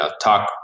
talk